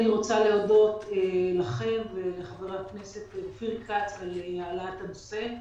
אני רוצה להודות לכם ולחבר הכנסת אופיר כץ על העלאת הנושא.